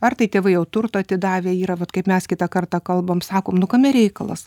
ar tai tėvai jau turto atidavę yra vat kaip mes kitą kartą kalbam sakom nu kame reikalas